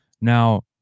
now